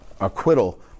Acquittal